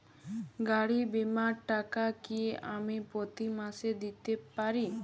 গাড়ী বীমার টাকা কি আমি প্রতি মাসে দিতে পারি?